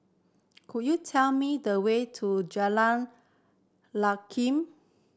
could you tell me the way to Jalan Lye Kwee